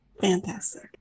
Fantastic